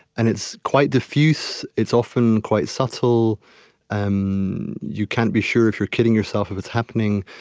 and it's quite diffuse it's often quite subtle um you can't be sure if you're kidding yourself, if it's happening.